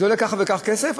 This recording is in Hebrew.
זה עולה כך וכך כסף,